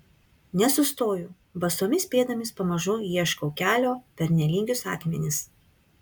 nesustoju basomis pėdomis pamažu ieškau kelio per nelygius akmenis